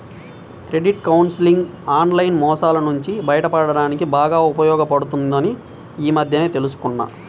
credit counselling online మోసాల నుంచి బయటపడడానికి బాగా ఉపయోగపడుతుందని ఈ మధ్యనే తెల్సుకున్నా